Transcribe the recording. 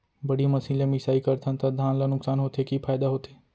बड़ी मशीन ले मिसाई करथन त धान ल नुकसान होथे की फायदा होथे?